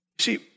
See